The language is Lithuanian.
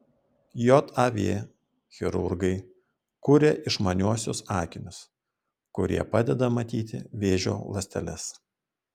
jav chirurgai kuria išmaniuosius akinius kurie padeda matyti vėžio ląsteles